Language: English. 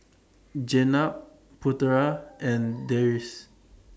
Jenab Putera and Deris